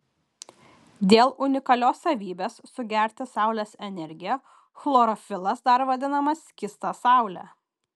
dėl unikalios savybės sugerti saulės energiją chlorofilas dar vadinamas skysta saule